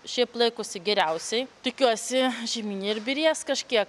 šiaip laikosi geriausiai tikiuosi žieminiai ir byrės kažkiek